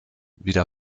wieder